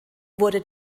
wurde